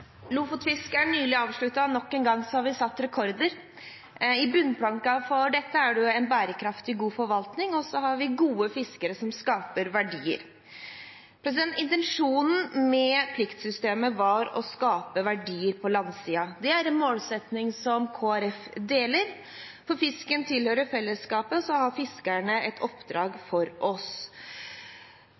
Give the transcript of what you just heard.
nylig avsluttet, og nok en gang er det satt rekorder. I bunnplanken for dette ligger det en bærekraftig god forvaltning, og så har vi gode fiskere som skaper verdier. Intensjonen med pliktsystemet var å skape verdier på landsiden. Det er en målsetting som Kristelig Folkeparti deler, for fisken tilhører fellesskapet, og fiskerne har et oppdrag for oss.